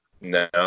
no